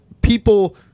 people